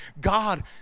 God